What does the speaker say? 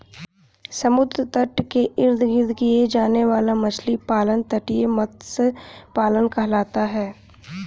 समुद्र तट के इर्द गिर्द किया जाने वाला मछली पालन तटीय मत्स्य पालन कहलाता है